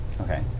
Okay